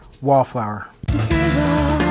Wallflower